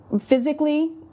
physically